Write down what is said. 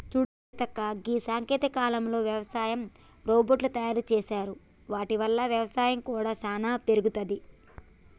సూడు సీతక్క గీ సాంకేతిక కాలంలో యవసాయ రోబోట్ తయారు సేసారు వాటి వల్ల వ్యవసాయం కూడా సానా పెరుగుతది